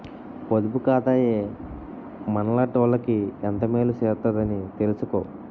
పొదుపు ఖాతాయే మనలాటోళ్ళకి ఎంతో మేలు సేత్తదని తెలిసుకో